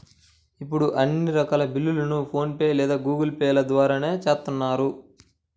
ఇప్పుడు అన్ని రకాల బిల్లుల్ని ఫోన్ పే లేదా గూగుల్ పే ల ద్వారానే చేత్తన్నారు